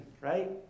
right